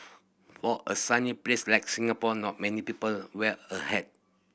for a sunny place like Singapore not many people wear a hat